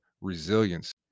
resilience